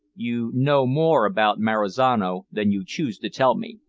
you know more about marizano than you choose to tell me.